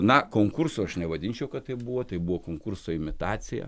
na konkursu aš nevadinčiau kad tai buvo tai buvo konkurso imitacija